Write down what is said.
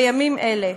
בימים אלה.